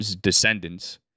descendants